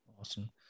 awesome